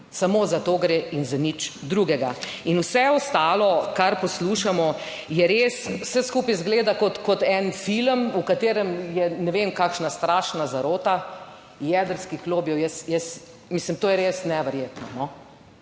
Samo za to gre in za nič drugega. In vse ostalo, kar poslušamo, je res, vse skupaj izgleda kot en film, v katerem je ne vem, kakšna strašna zarota jedrskih lobijev. Jaz mislim, to je res neverjetno. In